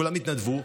כולם התנדבו,